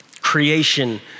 creation